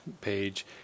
page